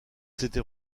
s’était